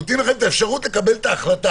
נותנים לכם את האפשרות לקבל את ההחלטה,